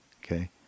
okay